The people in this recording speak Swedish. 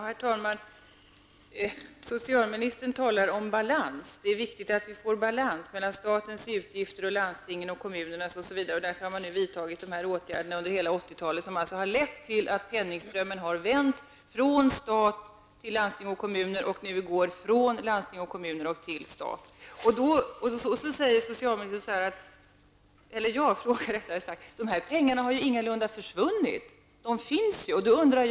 Herr talman! Socialministern talar om att det är viktigt att vi får till stånd en balans mellan statens utgifter och landstingens och kommunernas utgifter osv. och att man därför under hela 80-talet har vidtagit åtgärder som har lett till att penningströmmen har vänt. Från att tidigare ha gått från staten till landsting och kommuner går den nu från landsting och kommuner till staten. Jag vill dock säga att dessa pengar ingalunda har försvunnit, utan de finns kvar.